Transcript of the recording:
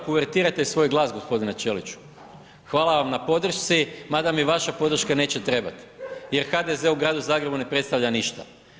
Kuvertirajte svoj glas, g. Ćeliću, hvala vam na podršci mada mi vaša podrška neće trebati jer HDZ u gradu Zagrebu ne predstavlja ništa.